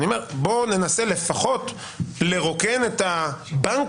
אני אומר: בואו ננסה לפחות לרוקן את הבנק